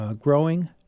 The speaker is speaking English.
growing